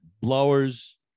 blowers